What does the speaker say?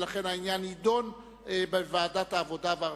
ולכן העניין יידון בוועדת העבודה והרווחה.